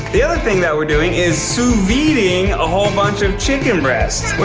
the other thing that we're doing is sous viding a whole bunch of chicken breasts. what